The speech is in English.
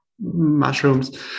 mushrooms